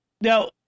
Now